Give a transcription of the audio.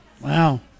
Wow